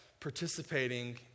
participating